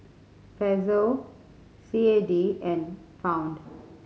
Peso C A D and Pound